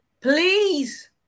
Please